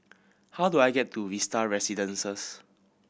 how do I get to Vista Residences